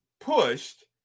pushed